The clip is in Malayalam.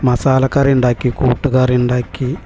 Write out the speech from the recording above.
മസാലക്കറി ഉണ്ടാക്കി കൂട്ടുകറി ഉണ്ടാക്കി